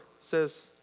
says